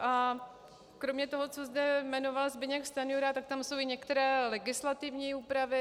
A kromě toho, co zde jmenoval Zbyněk Stanjura, tak tam jsou i některé legislativní úpravy.